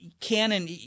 Canon –